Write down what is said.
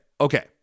okay